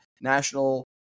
National